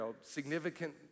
significant